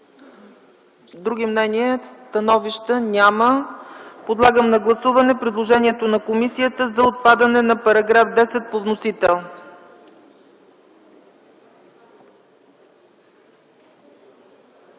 Други мнения? Становища? Няма. Подлагам на гласуване предложението на комисията за отпадане на § 10 по вносител.